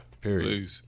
period